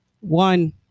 One